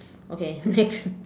okay next